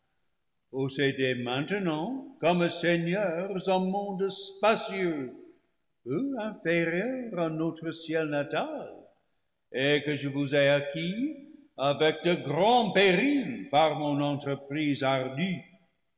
possédez mainte nant comme seigneurs un monde spacieux peu inférieur à notre ciel natal et que je vous ai acquis avec de grands périls par mon entreprise ardue